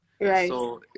Right